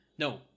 No